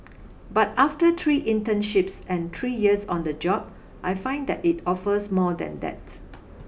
but after three internships and three years on the job I find that it offers more than that